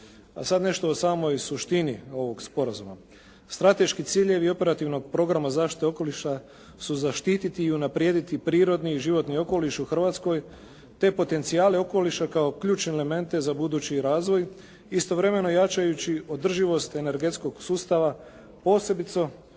A sada nešto o samoj suštini ovog sporazuma. Strateški ciljevi operativnog programa zaštite okoliša su zaštiti i unaprijediti prirodni i životni okoliš u Hrvatskoj, te potencijale okoliša kao ključne elemente za budući razvoj i istovremeno jačajući održivost energetskog sustava, posebice